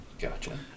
Gotcha